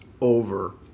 over